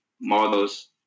models